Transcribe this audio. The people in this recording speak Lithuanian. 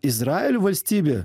izraelio valstybė